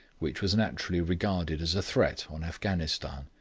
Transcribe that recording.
which was naturally regarded as a threat on afghanistan.